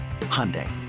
Hyundai